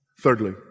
Thirdly